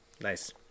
Nice